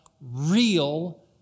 real